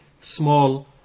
small